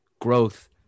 growth